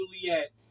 Juliet